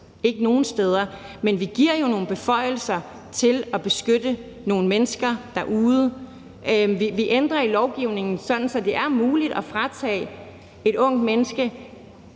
magt nogen steder, men vi giver jo nogle beføjelser til at beskytte nogle mennesker derude. Vi ændrer i lovgivningen, sådan at det er muligt at fratage et ungt menneske